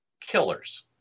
killers